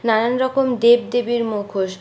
নানান রকম দেব দেবীর মুখোশ